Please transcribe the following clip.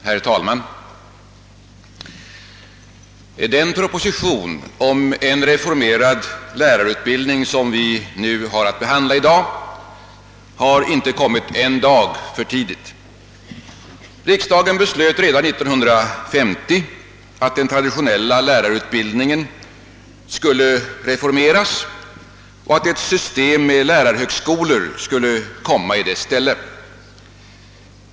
Herr talman! Den proposition om en reformerad lärarutbildning som vi nu skall behandla har inte kommit en dag för tidigt. Riksdagen beslöt redan 1950 att den traditionella lärarutbildningen skulle reformeras och att ett system med lärarhögskolor skulle komma i dess ställe.